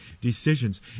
decisions